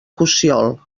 cossiol